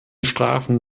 strafen